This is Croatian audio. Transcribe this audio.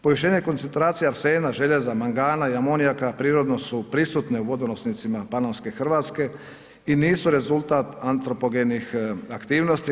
Povišenje koncentracija arsena, željeza, mangana i amonijaka prirodni su prisutni u vodonosnicima panonske Hrvatske i nisu rezultat antropogenih aktivnosti.